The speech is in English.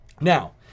Now